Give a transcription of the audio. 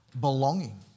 belonging